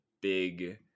big